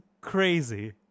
crazy